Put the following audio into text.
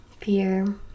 fear